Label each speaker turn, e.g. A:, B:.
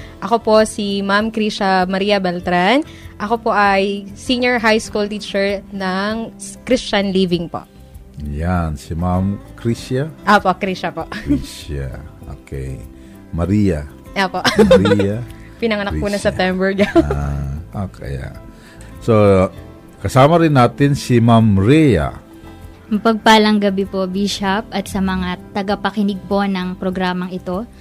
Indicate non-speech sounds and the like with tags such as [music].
A: Ako po si Ma'am Krisha Maria Beltran. Ako po ay senior high school teacher ng s- Christian Living po.
B: Yan, si Ma'am Krisha?
A: Apo, Krisha po.
B: Krisha.
A: [laughs]
B: Okay. Maria?
A: Apo.
B: Maria
A: [laughs] Pinanganak po na
B: Krisha.
A: September.
B: Ah,
A: [laughs]
B: okay, yeah. So, kasama rin natin si Ma'am Rhea.
C: Mapagpalang gabi po, Bishop, at sa mga tagapakinig po ng programang ito.